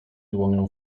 dłonią